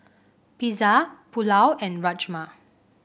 Pizza Pulao and Rajma